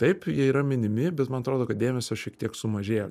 taip jie yra minimi bet man atrodo kad dėmesio šiek tiek sumažėjo